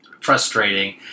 frustrating